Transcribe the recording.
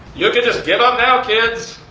you can just give up now kids!